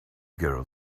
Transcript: girl